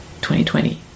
2020